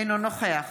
אינו נוכח